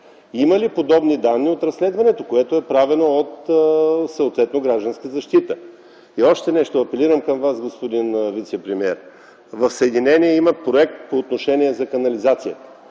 Има ли подобни данни от разследването, което е правено от „Гражданска защита”? И още нещо – апелирам към Вас, господин вицепремиер. В Съединение има проект за канализацията,